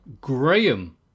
Graham